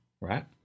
right